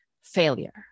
failure